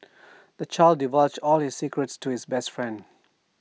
the child divulged all his secrets to his best friend